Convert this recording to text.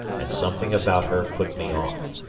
and something about her put me off.